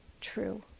true